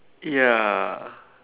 ya